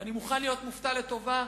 ואני מוכן להיות מופתע לטובה,